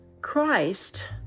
Christ